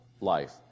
life